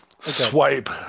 Swipe